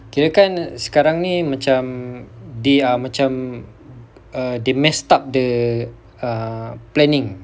kirakan sekarang ni macam they are macam err they messed up the err planning